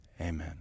Amen